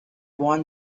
won